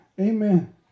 Amen